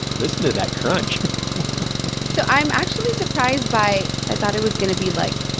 listen to that crunch so i'm actually surprised by i thought it was going to be, like,